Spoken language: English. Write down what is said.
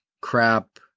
crap